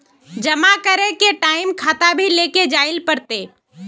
जमा करे के टाइम खाता भी लेके जाइल पड़ते?